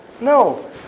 no